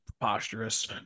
preposterous